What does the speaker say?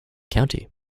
county